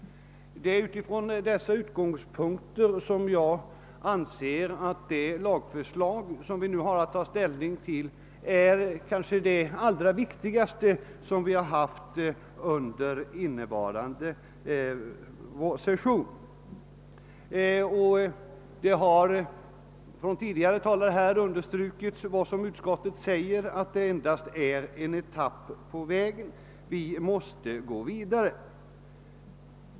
Från dessa utgångspunkter anser jag att det lagförslag som vi nu har att ta ställning till är det kanske allra viktigaste som vi har haft att behandla under innevarande vårsession. Tidigare talare har här understrukit vad utskottet säger om att detta endast är en etapp på vägen och att vi måste gå vidare.